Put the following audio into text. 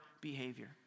behavior